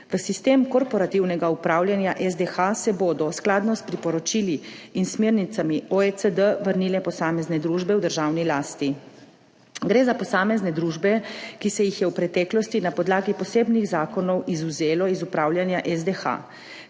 V sistem korporativnega upravljanja SDH se bodo skladno s priporočili in smernicami OECD vrnile posamezne družbe v državni lasti. Gre za posamezne družbe, ki se jih je v preteklosti na podlagi posebnih zakonov izvzelo iz upravljanja SDH.